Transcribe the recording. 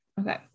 Okay